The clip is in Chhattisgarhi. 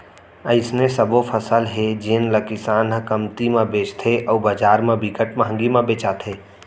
अइसने सबो फसल हे जेन ल किसान ह कमती म बेचथे अउ बजार म बिकट मंहगी म बेचाथे